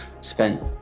spent